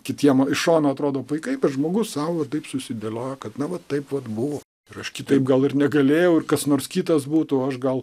kitiem iš šono atrodo paikai bet žmogus sau taip susidėliojo kad na va taip vat buvo ir aš kaitaip gal ir negalėjau ir kas nors kitas būtų aš gal